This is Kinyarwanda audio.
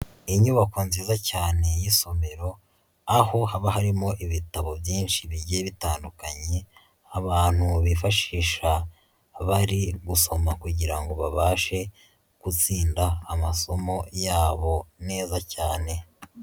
Inyubako nziza cyane y'isomero aho haba harimo ibitabo byinshi bigiye bitandukanye, abantu bifashisha bari gusoma kugira ngo babashe gutsinda amasomo yabo neza cyane.